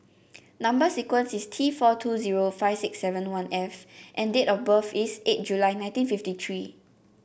number sequence is T four two zero five six seven one F and date of birth is eight July nineteen fifty three